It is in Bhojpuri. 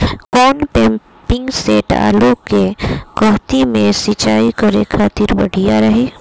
कौन पंपिंग सेट आलू के कहती मे सिचाई करे खातिर बढ़िया रही?